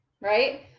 right